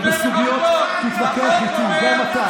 אבל בסוגיות תתווכח איתי, גם אתה.